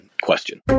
question